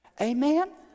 Amen